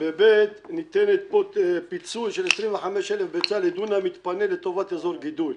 ניתן פיצוי של 25,000 ביצים לדונם יתפנה לטובת אזור גידול.